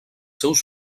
seus